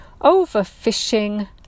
Overfishing